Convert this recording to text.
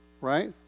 Right